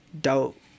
dope